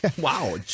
Wow